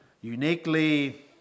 uniquely